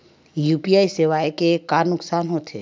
UPI सेवाएं के का नुकसान हो थे?